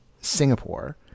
singapore